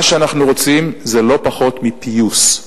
מה שאנחנו רוצים זה לא פחות מפיוס,